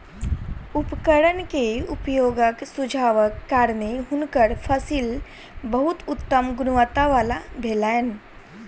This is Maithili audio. उपकरण के उपयोगक सुझावक कारणेँ हुनकर फसिल बहुत उत्तम गुणवत्ता वला भेलैन